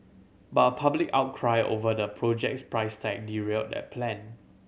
but a public outcry over the project's price tag derailed that plan